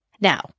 Now